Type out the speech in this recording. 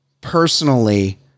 personally